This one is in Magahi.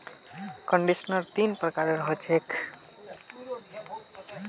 कंडीशनर तीन प्रकारेर ह छेक